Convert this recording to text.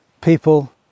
people